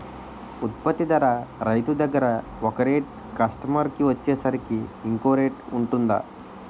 ఉత్పత్తి ధర రైతు దగ్గర ఒక రేట్ కస్టమర్ కి వచ్చేసరికి ఇంకో రేట్ వుంటుందా?